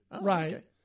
Right